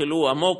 חלחלו עמוק.